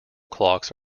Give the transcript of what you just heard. clocks